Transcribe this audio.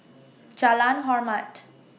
Jalan Hormat